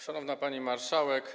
Szanowna Pani Marszałek!